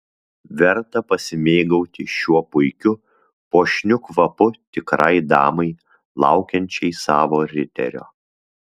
verta pasimėgauti šiuo puikiu puošniu kvapu tikrai damai laukiančiai savo riterio